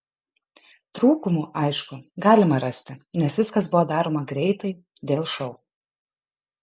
trūkumų aišku galima rasti nes viskas buvo daroma greitai dėl šou